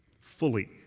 fully